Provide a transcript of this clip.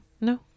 No